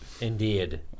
Indeed